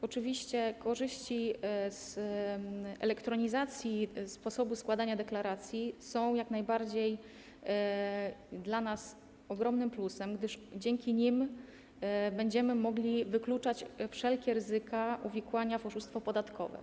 Oczywiście korzyści z elektronizacji sposobu składania deklaracji są jak najbardziej dla nas ogromnym plusem, gdyż dzięki nim będziemy mogli wykluczać wszelkie ryzyka uwikłania w oszustwo podatkowe.